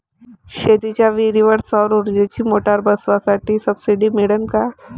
शेतीच्या विहीरीवर सौर ऊर्जेची मोटार बसवासाठी सबसीडी मिळन का?